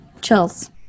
Chills